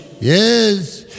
Yes